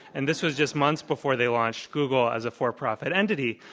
and this was just months before they launched google as a for-profit entity.